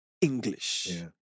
English